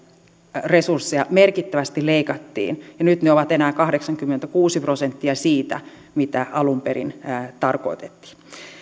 resursseja merkittävästi leikattiin ja nyt ne ovat enää kahdeksankymmentäkuusi prosenttia siitä mitä alun perin tarkoitettiin